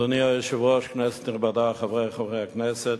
אדוני היושב-ראש, כנסת נכבדה, חברי חברי הכנסת,